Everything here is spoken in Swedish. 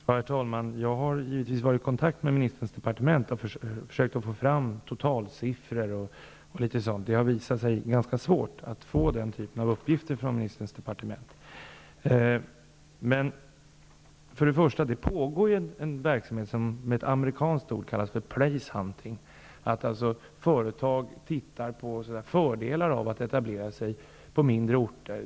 Herr talman! Jag har givetvis varit i kontakt med ministerns departement och försökt få fram totalsiffror och sådant, men det har visat sig vara ganska svårt att få den typen av uppgifter. Det pågår en verksamhet som med ett amerikanskt ord kallas ''place hunting'', dvs. att företag tittar på fördelar med att etablera sig på mindre orter.